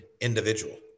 individual